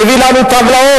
שהביא לנו טבלאות,